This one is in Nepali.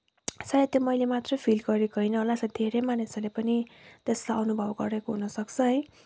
सायद त्यो मैले मात्रै फिल गरेको होइन होला सायद धेरै मानिसहरूले पनि त्यसलाई अनुभव गरेको हुनसक्छ है